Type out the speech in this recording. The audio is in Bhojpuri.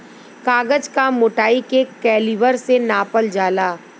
कागज क मोटाई के कैलीबर से नापल जाला